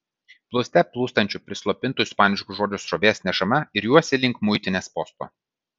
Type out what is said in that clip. plūste plūstančių prislopintų ispaniškų žodžių srovės nešama iriuosi link muitinės posto